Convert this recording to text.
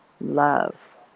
love